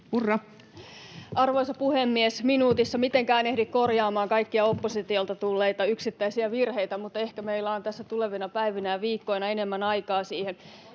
Arvoisa puhemies! Minuutissa ei mitenkään ehdi korjaamaan kaikkia oppositiolta tulleita yksittäisiä virheitä, mutta ehkä meillä on tässä tulevina päivinä ja viikkoina enemmän aikaa siihen.